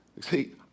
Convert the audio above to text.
see